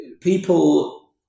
People